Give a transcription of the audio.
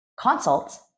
consults